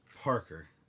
Parker